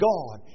God